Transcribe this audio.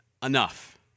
enough